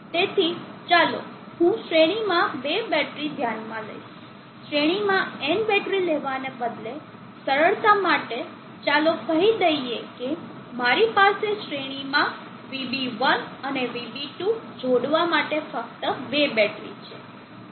તેથી ચાલો હું શ્રેણીમાં બે બેટરી ધ્યાનમાં લઈશ શ્રેણીમાં n બેટરી લેવાને બદલે સરળતા માટે ચાલો કહી દઈએ કે મારી પાસે શ્રેણી માં VB1 અને VB2 જોડવા માટે ફક્ત બે બેટરી છે